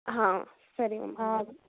ಹಾಂ ಸರಿ ಮ್ಯಾಮ್